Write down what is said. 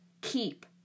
Keep